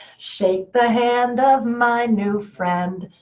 shake the hand of my new friend.